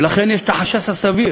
ולכן יש החשש הסביר